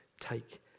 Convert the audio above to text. take